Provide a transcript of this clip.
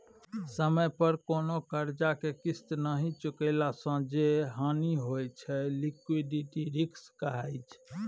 समय पर कोनो करजा केँ किस्त नहि चुकेला सँ जे हानि होइ छै से लिक्विडिटी रिस्क कहाइ छै